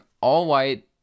all-white